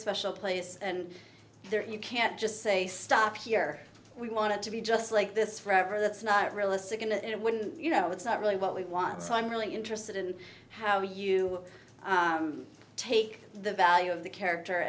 special place and there you can't just say stop here we want to be just like this forever that's not realistic and it wouldn't you know it's not really what we want so i'm really interested in how you take the value of the character